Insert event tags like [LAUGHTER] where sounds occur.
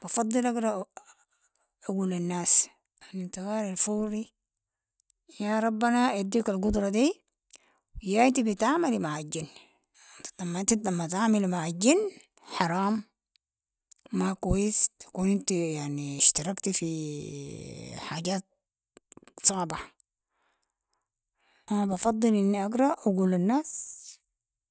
بفضل اقرأ، [HESITATION] اقول الناس الانتقال الفوري، يا ربنا يديك القدرة دي، يا انتي بتعملي مع الجن، لما انتي لما تعملي مع الجن حرام، ما كويس، تكون انتي يعني اشتركتي في [HESITATION] حاجات صعبة، انا بفضل اني اقرأ و اقول الناس.